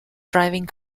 driving